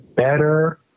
better